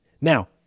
Now